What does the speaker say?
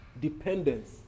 Dependence